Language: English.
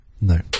No